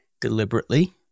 deliberately